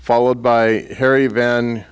followed by harry van